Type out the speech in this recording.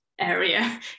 area